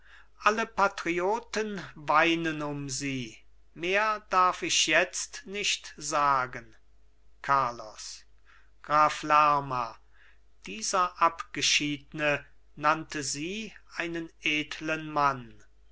alle patrioten weinen um sie mehr darf ich jetzt nicht sagen carlos graf lerma dieser abgeschiedne nannte sie einen edlen mann